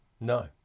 No